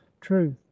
truth